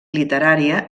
literària